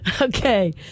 Okay